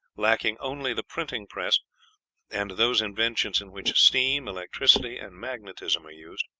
lacking only the printing-press, and those inventions in which steam, electricity, and magnetism are used.